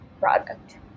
product